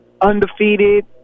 undefeated